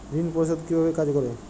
ঋণ পরিশোধ কিভাবে কাজ করে?